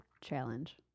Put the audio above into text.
challenge